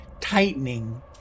tightening